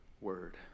word